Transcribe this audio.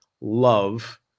love